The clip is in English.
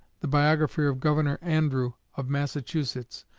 the biographer of governor andrew of massachusetts,